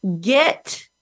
get